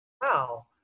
wow